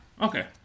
Okay